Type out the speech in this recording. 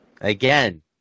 Again